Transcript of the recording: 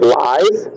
lies